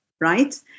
right